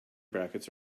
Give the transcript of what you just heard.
brackets